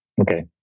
Okay